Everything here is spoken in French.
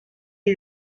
est